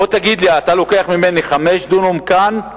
בוא תגיד לי: אתה לוקח ממני 5 דונם כאן,